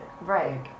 Right